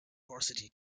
varsity